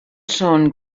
són